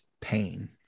pain